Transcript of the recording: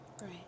Right